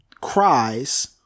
cries